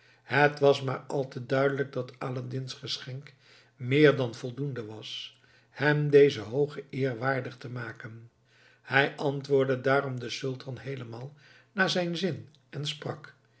het was maar al te duidelijk dat aladdin's geschenk meer dan voldoende was hem deze hooge eer waardig te maken hij antwoordde daarom den sultan heelemaal naar zijn zin en sprak